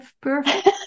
perfect